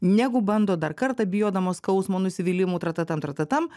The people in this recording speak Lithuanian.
negu bando dar kartą bijodamos skausmo nusivylimų tratatam tratatam